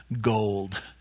gold